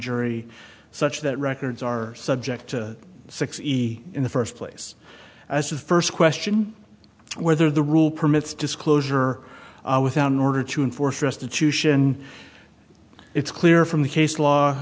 jury such that records are subject to sixty in the first place as the first question whether the rule permits disclosure without in order to enforce restitution it's clear from the case law